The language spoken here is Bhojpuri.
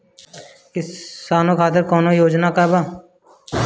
किसानों के खातिर कौनो योजना बा का?